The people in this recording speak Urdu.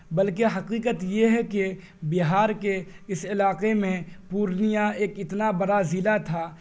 بالکہ حقیقت یہ ہے کہ بہار کے اس علاقے میں پورنیا ایک اتنا بڑا ضلع تھا